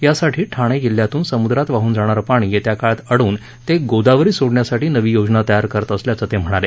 यासाठी ठाणे जिल्ह्यातून समुद्रात वाहन जाणारं पाणी येत्या काळात अडवून ते गोदावरीत सोडण्यासाठी नवी योजना तयार करत असल्याचं ते म्हणाले